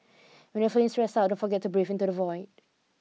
when you are feeling stressed out don't forget to breathe into the void